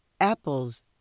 apples